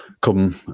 come